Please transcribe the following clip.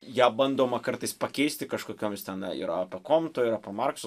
ją bandoma kartais pakeisti kažkokiomis tenai yra apie konto ir apie markso